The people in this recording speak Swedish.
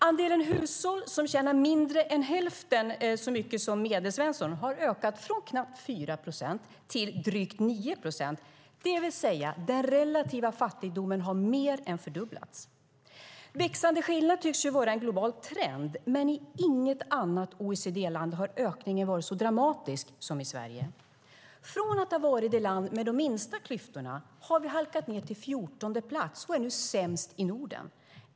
Andelen hushåll som tjänar mindre än hälften så mycket som medelsvensson har ökat från knappt 4 procent till drygt 9 procent, det vill säga den relativa fattigdomen har mer än fördubblats. Växande skillnader tycks vara en global trend, men i inget annat OECD-land har ökningen varit så dramatisk som i Sverige. Från att ha varit landet med de minsta klyftorna har vi halkat ned till fjortonde plats och är nu sämst i Norden.